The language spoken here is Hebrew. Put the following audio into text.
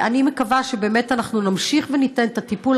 אני מקווה שבאמת אנחנו נמשיך וניתן את הטיפול